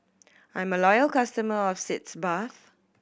I'm a loyal customer of Sitz Bath